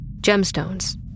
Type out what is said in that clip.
Gemstones